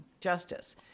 justice